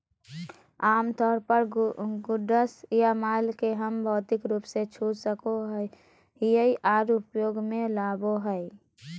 आमतौर पर गुड्स या माल के हम भौतिक रूप से छू सको हियै आर उपयोग मे लाबो हय